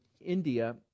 India